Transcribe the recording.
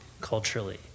culturally